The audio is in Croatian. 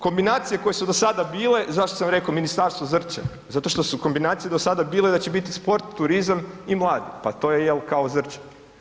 Kombinacije koje su do sada bile, zašto sam rekao ministarstvo Zrće, zato što su kombinacije do sada bile da će biti sport, turizam i mladi, pa to je, je li, kao Zrće.